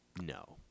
no